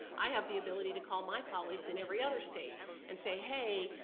i have the ability to call my colleagues in every other state and say hey,